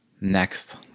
next